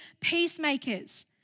peacemakers